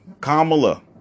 Kamala